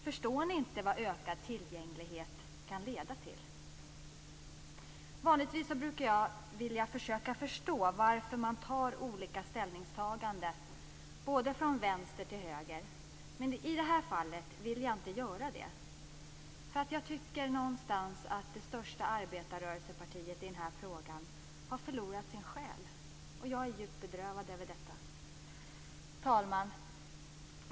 Förstår ni inte vad ökad tillgänglighet kan leda till? Vanligtvis brukar jag vilja försöka förstå varför man gör olika ställningstaganden från vänster till höger, men i detta fall vill jag inte göra det. Jag tycker att det största arbetarrörelsepartiet i denna fråga har förlorat sin själ. Jag är djupt bedrövad över detta. Fru talman!